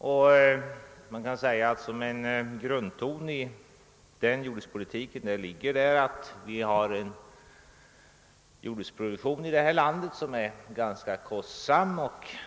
Det kan sägas att som en grundton går igenom denna jordbrukspolitik att jordbruksproduktionen här i landet är ganska kostsam.